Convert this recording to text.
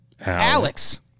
alex